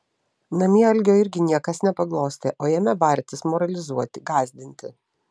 namie algio irgi niekas nepaglostė o ėmė bartis moralizuoti gąsdinti